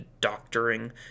doctoring